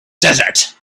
desert